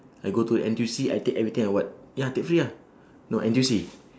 I go to N_T_U_C I take everything I want ya take free ah no N_T_U_C